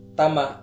tama